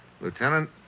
Lieutenant